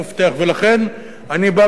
ולכן אני בא ואומר,